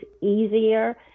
easier